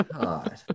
God